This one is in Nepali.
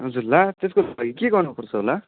हजुर ला त्यसको खोइ के गर्नुपर्छ होला